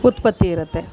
ಉತ್ಪತ್ತಿ ಇರುತ್ತೆ